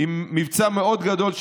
מבצע מאוד גדול,